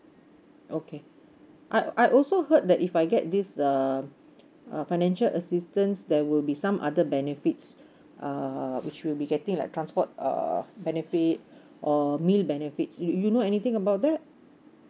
okay I I also heard that if I get this uh a financial assistance there will be some other benefits uh which will be getting like transport uh benefit or meal benefits you you know anything about that